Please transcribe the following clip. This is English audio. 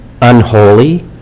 unholy